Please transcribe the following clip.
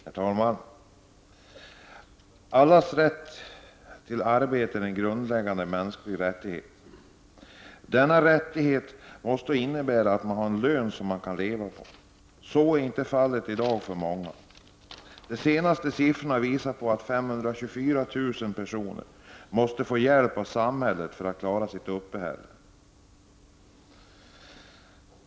Herr talman! Allas rätt till arbete är en grundläggande mänsklig rättighet. Denna rättighet måste också innebära att man har en lön som man kan leva på. Så är inte fallet för många i dag. De senaste siffrorna visar att 524 000 personer måste få hjälp av samhället för att klara sitt uppehälle.